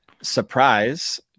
surprise